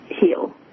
heal